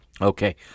Okay